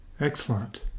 Excellent